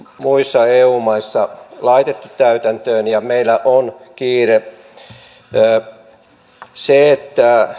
muissa eu maissa laitettu täytäntöön ja meillä on kiire tähän asiaan on jätetty tuolla valiokunnassa